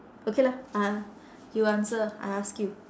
okay lah uh you answer I ask you